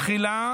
תחילה